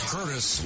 Curtis